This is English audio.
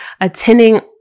attending